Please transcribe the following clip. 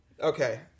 Okay